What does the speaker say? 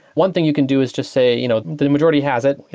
one thing you can do is just say you know the majority has it.